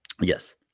yes